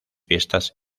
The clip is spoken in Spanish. fiestas